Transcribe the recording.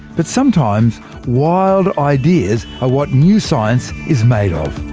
but sometimes wild ideas are what new science is made of